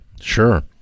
Sure